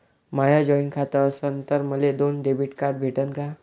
माय joint खातं असन तर मले दोन डेबिट कार्ड भेटन का?